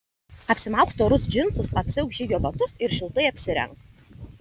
apsimauk storus džinsus apsiauk žygio batus ir šiltai apsirenk